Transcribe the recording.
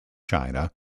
china